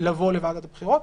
לבוא לוועדת הבחירות.